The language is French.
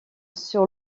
sur